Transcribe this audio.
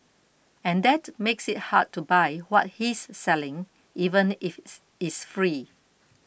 and that makes it hard to buy what he's selling even if it's it's free